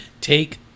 take